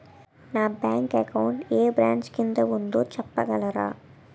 నా bank account ఏ branch కిందా ఉందో చెప్పగలరా?